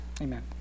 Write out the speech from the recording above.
Amen